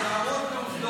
סיסמאות, להראות עובדות.